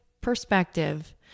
perspective